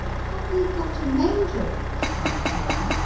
have you got a manger in this funny train?